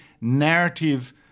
narrative